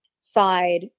side